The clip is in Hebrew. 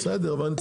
להגנת